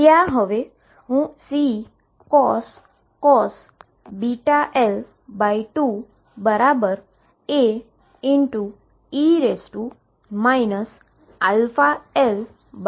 ત્યાં હુ Ccos βL2 Ae αL2 function મુકીશ